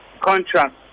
contract